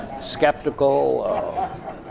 skeptical